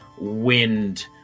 wind